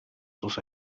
sus